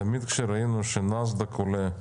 תמיד כשראינו שנאסד"ק עולה,